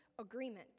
agreement